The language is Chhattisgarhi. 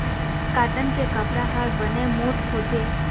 कॉटन के कपड़ा ह बने मोठ्ठ होथे